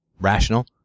rational